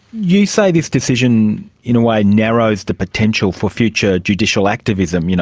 you say this decision in a way narrows the potential for future judicial activism, you know